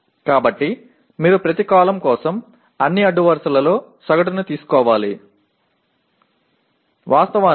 எனவே ஒவ்வொரு நெடுவரிசைக்கும் எல்லா வரிசைகளிலும் சராசரியை நீங்கள் எடுக்க வேண்டும்